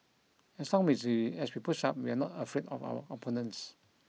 as long with as we push up we are not afraid of our opponents